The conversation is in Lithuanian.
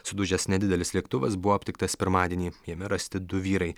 sudužęs nedidelis lėktuvas buvo aptiktas pirmadienį jame rasti du vyrai